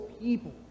people